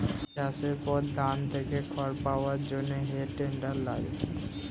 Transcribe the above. চাষের পর ধান থেকে খড় পাওয়ার জন্যে হে টেডার লাগে